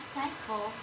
thankful